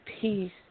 peace